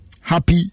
happy